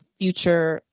future